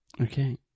okay